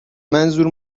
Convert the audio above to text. منظور